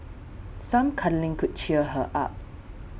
some cuddling could cheer her up